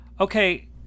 okay